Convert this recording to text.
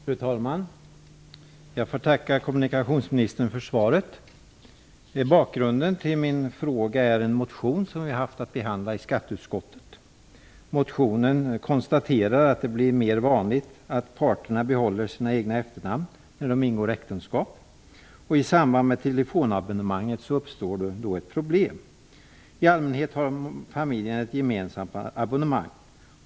Fru talman! Jag tackar kommunikationsministern för svaret. Bakgrunden till min fråga är en motion som vi i skatteutskottet har haft att behandla. I motionen konstateras det att det blir mer vanligt att parterna behåller sina egna efternamn när de ingår äktenskap. I samband med telefonabonnemanget uppstår då ett problem. I allmänhet har familjen ett gemensamt abonnemang.